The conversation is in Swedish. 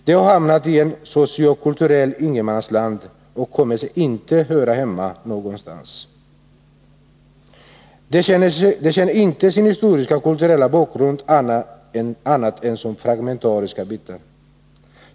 De har hamnat i ett socio-kulturellt ingenmansland och känner sig inte höra hemma någonstans. De känner inte sin historiska och kulturella bakgrund, bara fragmentariska bitar.